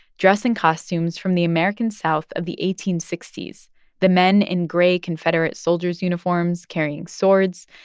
dress in costumes from the american south of the eighteen sixty s the men in gray confederate soldiers' uniforms carrying swords,